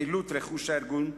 חילוט רכוש הארגון,